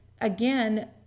again